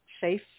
safe